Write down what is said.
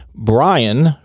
Brian